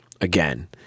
again